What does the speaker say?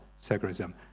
secularism